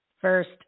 first